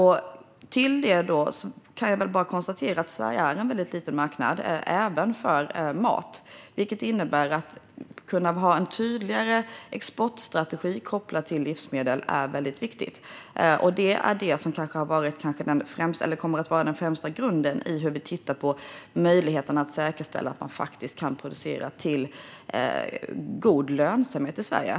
Jag kan bara konstatera att Sverige är en liten marknad, även för mat. Det innebär att det är viktigt att ha en tydligare exportstrategi kopplad till livsmedel. Det kommer kanske att vara den främsta grunden när vi tittar på möjligheten att säkerställa att man kan producera med god lönsamhet i Sverige.